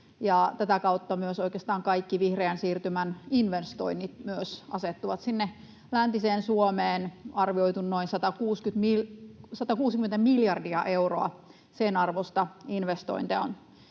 tätä kautta myös oikeastaan kaikki vihreän siirtymän investoinnit asettuvat sinne läntiseen Suomeen. Arviolta noin 160 miljardin euron arvosta investointeja on